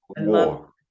war